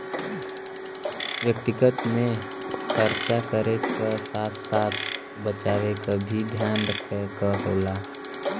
व्यक्तिगत में खरचा करे क साथ साथ बचावे क भी ध्यान रखे क होला